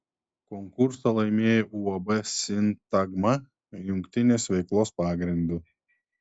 konkursą laimėjo uab sintagma jungtinės veiklos pagrindu